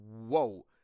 whoa